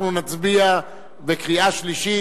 אנחנו נצביע בקריאה שלישית.